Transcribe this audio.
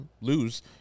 lose